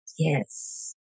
Yes